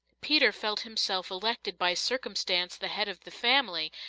peter felt himself elected by circumstance the head of the family,